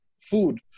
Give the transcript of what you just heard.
food